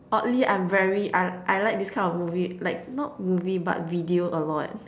oddly I'm very I I like this kind of movie like not movie but video a lot